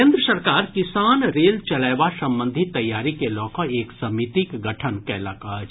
केन्द्र सरकार किसान रेल चलयबा संबंधी तैयारी के लऽ कऽ एक समितिक गठन कयलक अछि